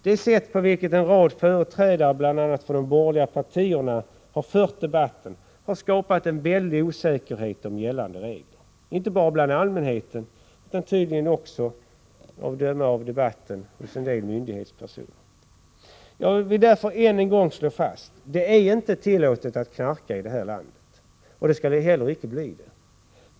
Det sätt på vilket en rad företrädare för bl.a. de borgerliga partierna fört debatten har skapat väldig osäkerhet om gällande regler inte bara bland allmänheten utan också, att döma av debatten, hos en del myndighetspersoner. Jag vill därför än en gång slå fast: Det är inte tillåtet att knarka i det här landet, och det skall heller icke bli det.